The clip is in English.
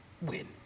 Win